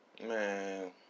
Man